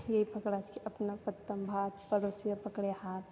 यही फकड़ा छियै अपना पत्तामे भात पड़ोसियो पकड़ै हाथ